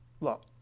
look